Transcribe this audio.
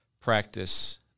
practice